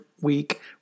Week